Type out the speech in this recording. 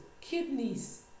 kidneys